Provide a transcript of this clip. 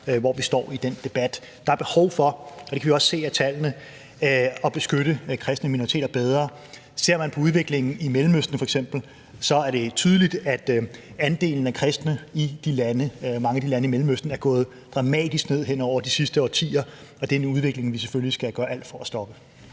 hvor vi står i den debat. Der er behov for – og det kan vi også se af tallene – at beskytte kristne minoriteter bedre. Ser man på udviklingen i Mellemøsten f.eks., er det tydeligt, at andelen af kristne i mange af de lande er gået dramatisk ned hen over de sidste årtier. Og det er en udvikling, vi selvfølgelig skal gøre alt for at stoppe.